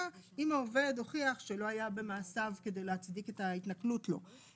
אם העובד הוכיח שלא היה במעשיו כדי להצדיק את ההתנכלות לו.